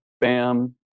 bam